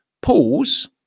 pause